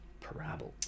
Parabola